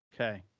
Okay